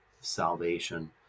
salvation